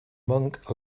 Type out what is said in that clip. monk